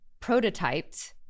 prototyped